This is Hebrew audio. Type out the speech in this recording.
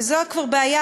וזו כבר בעיה,